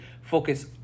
focus